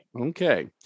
Okay